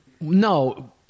no